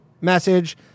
message